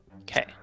Okay